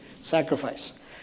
sacrifice